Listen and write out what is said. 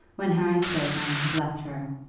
when harry clavering had left her.